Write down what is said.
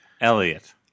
Elliot